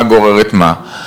מה גורר את מה.